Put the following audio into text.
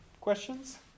questions